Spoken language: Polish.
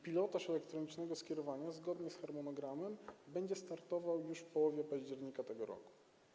Pilotaż elektronicznego skierowania zgodnie z harmonogramem będzie startował już w połowie października tego roku.